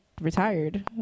retired